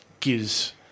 gives